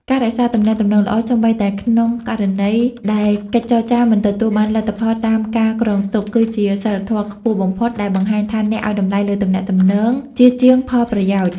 ការរក្សាទំនាក់ទំនងល្អសូម្បីតែក្នុងករណីដែលកិច្ចចរចាមិនទទួលបានលទ្ធផលតាមការគ្រោងទុក គឺជាសីលធម៌ខ្ពស់បំផុតដែលបង្ហាញថាអ្នកឱ្យតម្លៃលើទំនាក់ទំនងជាជាងផលប្រយោជន៍។